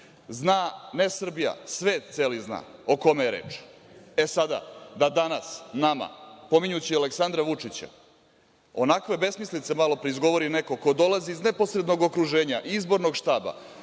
Zna, ne Srbija, svet celi zna o kome je reč. E, sada, da danas nama, pominjući Aleksandra Vučića, onakve besmislice malopre izgovori neko ko dolazi iz neposrednog okruženja izbornog štaba